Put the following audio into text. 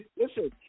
listen